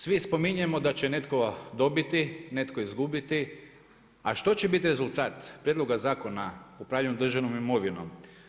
Svi spominjemo da će netko dobiti, netko izgubiti, a što će biti rezultat Prijedloga zakona o upravljanju državnom imovinom?